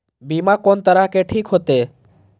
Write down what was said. बीमा कोन तरह के ठीक होते?